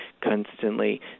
constantly